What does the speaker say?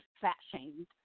fat-shamed